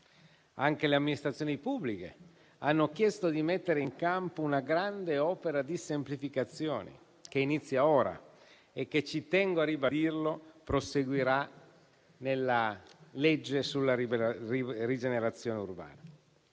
Anche le amministrazioni pubbliche hanno chiesto di mettere in campo una grande opera di semplificazione, che inizia ora e che - ci tengo a ribadirlo - proseguirà nella legge sulla rigenerazione urbana.